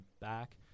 back